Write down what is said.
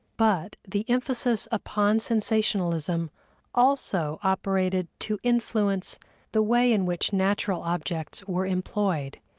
but the emphasis upon sensationalism also operated to influence the way in which natural objects were employed,